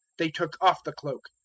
they took off the cloak,